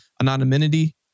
anonymity